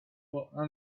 another